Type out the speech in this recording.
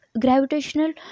gravitational